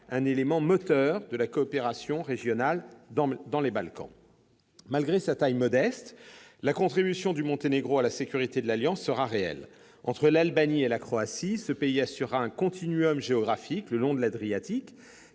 un élément moteur de la coopération régionale dans les Balkans. Malgré sa taille modeste, la contribution du Monténégro à la sécurité de l'Alliance sera réelle. Entre l'Albanie et la Croatie, ce pays assurera un géographique le long de l'Adriatique,